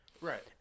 Right